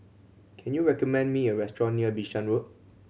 can you recommend me a restaurant near Bishan Road